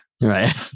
Right